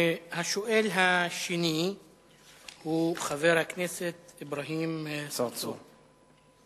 השואל השני הוא חבר הכנסת אברהים צרצור.